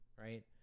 Right